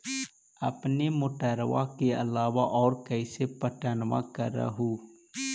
अपने मोटरबा के अलाबा और कैसे पट्टनमा कर हू?